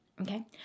okay